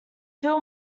phil